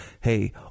Hey